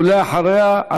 ואחריה,